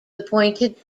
appointed